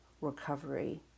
recovery